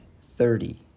thirty